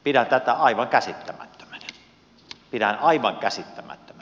pidän tätä aivan käsittämättömänä